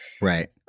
right